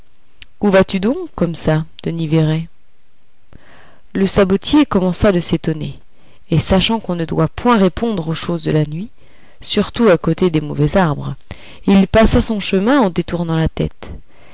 où vas-tu donc comme ça denis véret le sabotier commença de s'étonner et sachant qu'on ne doit point répondre aux choses de la nuit surtout à côté des mauvais arbres il passa son chemin en détournant la tête